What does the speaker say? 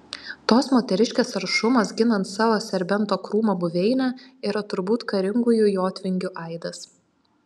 tos moteriškės aršumas ginant savo serbento krūmo buveinę yra turbūt karingųjų jotvingių aidas